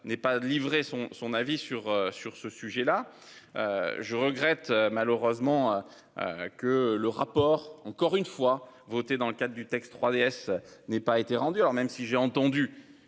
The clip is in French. n'est pas de livrer son son avis sur sur ce sujet-là. Je regrette malheureusement. Que le rapport encore une fois votée dans le cadre du texte 3DS n'ait pas été rendue. Alors même si j'ai entendu